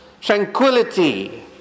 tranquility